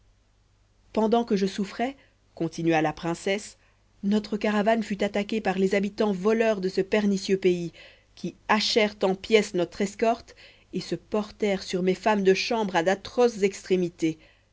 pendant que je souffrais continua la princesse notre caravane fut attaquée par les habitants voleurs de ce pernicieux pays qui hachèrent en pièces notre escorte et se portèrent sur mes femmes de chambre à d'atroces extrémités